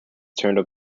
turned